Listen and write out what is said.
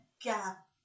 gap